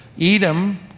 Edom